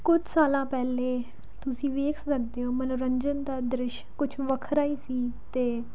ਕੁਛ ਸਾਲਾਂ ਪਹਿਲਾਂ ਤੁਸੀਂ ਵੇਖ ਸਕਦੇ ਹੋ ਮਨੋਰੰਜਨ ਦਾ ਦ੍ਰਿਸ਼ ਕੁਛ ਵੱਖਰਾ ਹੀ ਸੀ ਅਤੇ